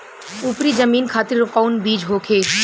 उपरी जमीन खातिर कौन बीज होखे?